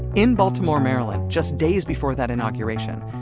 in baltimore, maryland, just days before that inauguration,